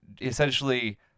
Essentially